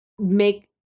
make